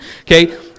okay